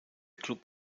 klub